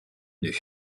nœuds